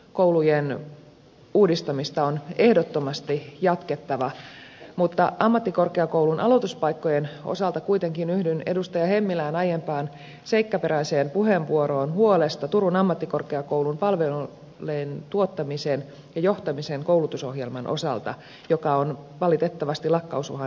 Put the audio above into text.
ammattikorkeakoulujen uudistamista on ehdottomasti jatkettava mutta ammattikorkeakoulun aloituspaikkojen osalta kuitenkin yhdyn edustaja hemmilän aiempaan seikkaperäiseen puheenvuoroon huolesta turun ammattikorkeakoulun palvelujen tuottamisen ja johtamisen koulutusohjelman osalta joka on valitettavasti lakkautusuhan alla